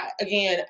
again